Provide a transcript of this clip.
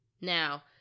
Now